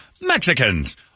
Mexicans